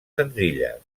senzilles